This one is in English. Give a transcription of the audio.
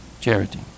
charity